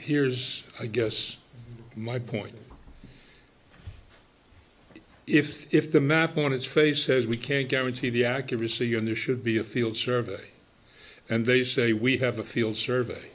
here's i guess my point if if the map on its face says we can't guarantee the accuracy and there should be a field survey and they say we have a field serv